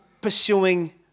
pursuing